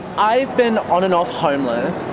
i've been on and off homeless